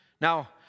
Now